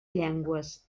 llengües